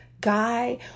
guy